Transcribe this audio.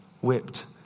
whipped